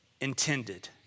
intended